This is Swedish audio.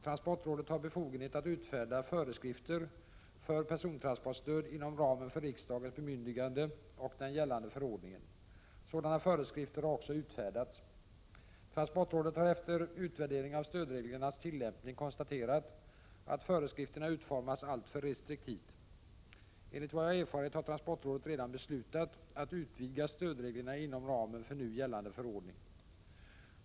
Transportrådet har befogenhet att utfärda föreskrifter för persontransportstöd inom ramen för riksdagens bemyndigande och den gällande förordningen. Sådana föreskrifter har också utfärdats. Transportrådet har efter utvärdering av stödreglernas tillämpning konstaterat att föreskrifterna utformats alltför restriktivt. Enligt vad jag erfarit har transportrådet redan beslutat att utvidga stödreglerna inom ramen för nu gällande förordning.